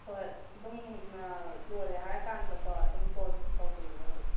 ꯍꯣꯏ ꯑꯗꯣꯝꯅ ꯂꯣꯏꯔꯦ ꯍꯥꯏꯔꯀꯥꯟꯗꯀꯣ ꯑꯗꯨꯝ ꯀꯣꯜ ꯇꯧꯕꯤꯔꯛꯑꯣ ꯑꯗꯨꯝ